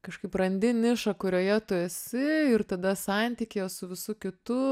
kažkaip randi nišą kurioje tu esi ir tada santykyje su visu kitu